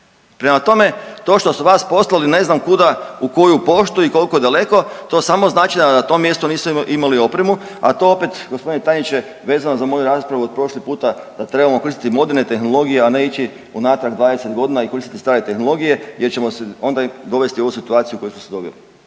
Prema tome, to što su vas poslali ne znam kuda u koju poštu i koliko daleko, to samo znači da na tom mjestu nisu imali opremu, a to opet, g. tajniče, vezano za moju raspravu od prošli puta, da trebamo koristiti moderne tehnologije, a ne ići unatrag 20 godina i koristiti stare tehnologije jer ćemo se onda dovesti u ovu situaciju u koju smo se doveli,